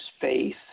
faith